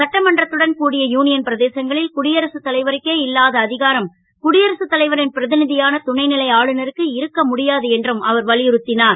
சட்டமன்றத்துடன் கூடிய union பிரதேசங்களில் குடியரசுத் தலைவருக்கே இல்லாத அ காரம் குடியரசுத் தலைவரின் பிர யான துணை லை ஆளுநருக்கு இருக்க முடியாது என்றும் அவர் வலியுறுத் னார்